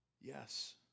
Yes